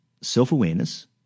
self-awareness